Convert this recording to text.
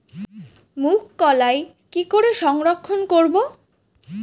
মুঘ কলাই কি করে সংরক্ষণ করব?